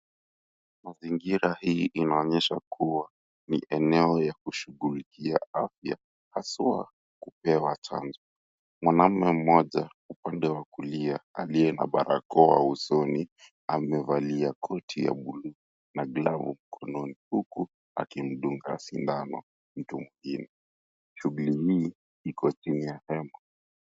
Mazingira hii inaonyesha kuwa ni eneo ya kushughulikia afya, haswa kupewa chanjo. Mwanamume mmoja upande wa kulia aliye na barakoa usoni, amevalia koti ya buluu na glavu mkononi, huku akimdunga sindano mtu mwingine. Shughuli hii iko chini ya hema.